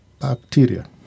bacteria